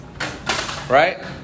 Right